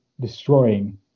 destroying